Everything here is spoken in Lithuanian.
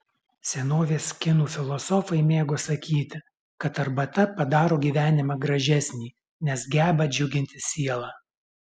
senovės kinų filosofai mėgo sakyti kad arbata padaro gyvenimą gražesnį nes geba džiuginti sielą